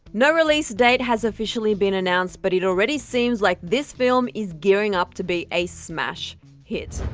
no release date has officially been announced, but it already seems like this film is gearing up to be a smash hit!